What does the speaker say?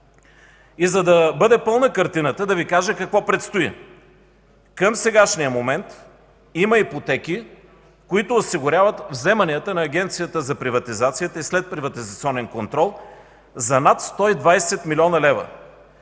И за да бъде пълна картината, да Ви кажа какво предстои. Към сегашния момент има ипотеки, които осигуряват вземанията на Агенцията за приватизация и следприватизационен контрол за над 120 млн. лв.